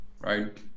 right